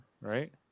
right